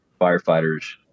firefighters